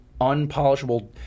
unpolishable